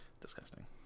Disgusting